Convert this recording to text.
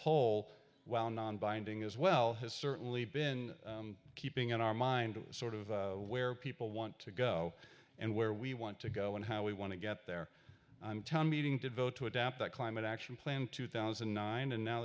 whole while non binding as well has certainly been keeping in our mind sort of where people want to go and where we want to go and how we want to get there i'm tom meeting to vote to adapt that climate action plan two thousand and nine and now